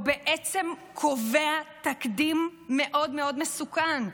הוא בעצם קובע תקדים מאוד מאוד מסוכן,